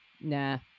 Nah